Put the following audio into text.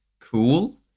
cool